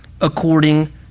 according